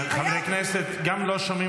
חברי הכנסת, גם לא שומעים